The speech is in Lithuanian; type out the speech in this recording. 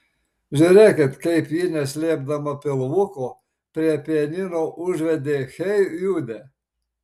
žiūrėkit kaip ji neslėpdama pilvuko prie pianino užvedė hey jude